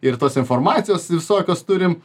ir tos informacijos visokios turim